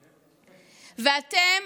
ואתם,